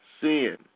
sin